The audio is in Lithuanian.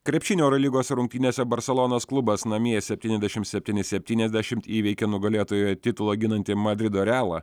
krepšinio eurolygos rungtynėse barselonos klubas namie septyniasdešim septyni septyniasdešimt įveikė nugalėtojo titulą ginantį madrido realą